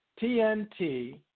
TNT